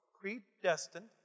predestined